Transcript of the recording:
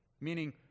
Meaning